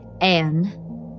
Anne